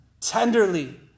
Tenderly